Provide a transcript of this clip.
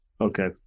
Okay